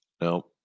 No